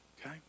Okay